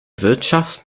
wirtschafts